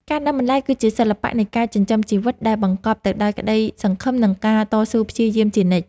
ការដាំបន្លែគឺជាសិល្បៈនៃការចិញ្ចឹមជីវិតដែលបង្កប់ទៅដោយក្តីសង្ឃឹម និងការតស៊ូព្យាយាមជានិច្ច។